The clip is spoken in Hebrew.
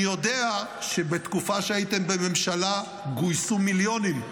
אני יודע שבתקופה שהייתם בממשלה גויסו מיליונים,